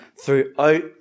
throughout